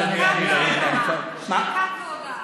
שתיקה כהודאה, שתיקה כהודאה.